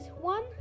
one